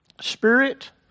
Spirit